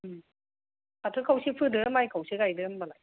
उम फाथो खावसे फोदो माइ खावसे गायदो होमबालाय